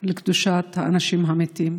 לקדושת האנשים המתים.